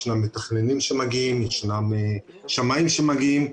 יש שמאים שמגיעים.